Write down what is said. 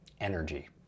energy